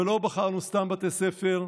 ולא בחרנו סתם בתי ספר.